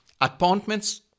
Appointments